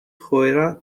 joera